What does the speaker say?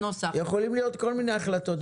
יש כאן דיון ובדיון יכולות להתקבל כל מיני החלטות.